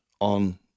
on